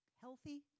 healthy